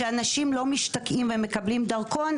לשלול את הדרכונים ולתת רק בהנפקה לפי בקשה.